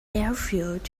airfield